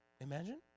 Imagine